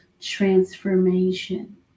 transformation